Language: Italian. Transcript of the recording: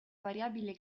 variabile